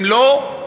הם לא,